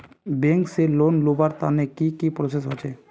Bank से loan लुबार तने की की प्रोसेस होचे?